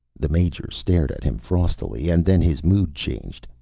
the major stared at him frostily, and then his mood changed.